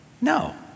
No